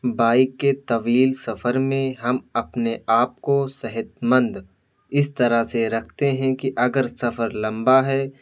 bike کے طویل سفر میں ہم اپنے آپ کو صحت مند اس طرح سے رکھتے ہیں کہ اگر سفر لمبا ہے